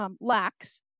lacks